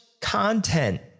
content